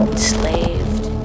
Enslaved